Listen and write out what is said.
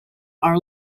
are